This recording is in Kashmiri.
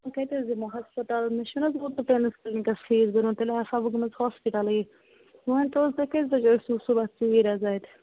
ونۍ کَتہِ حظ یِمو ہسپٕتال مےٚ چِھنہٕ حظ اوترٕ تُہِندِس کِلنِکس فیٖس بوٚرمُت تیٚلہِ آسہٕ ہو بہٕ گٔمٕژ ہاسپٹلے مےٚ ؤنۍ تَو حظ تُہۍ کٔژِ بجہِ ٲسِو صُبحَس ژیٖر حظ اَتہِ